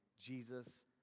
Jesus